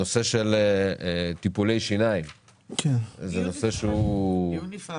הנושא של טיפולי שיניים --- אדוני, אני מציע